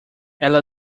ela